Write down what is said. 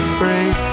break